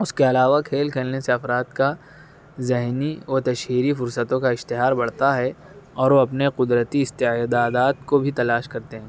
اس کے علاوہ کھیل کھیلنے سے افراد کا ذہنی و تشہیری فرصتوں کا اشتہار بڑھتا ہے اور وہ اپنے قدرتی استعداد کو بھی تلاش کرتے ہیں